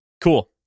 Cool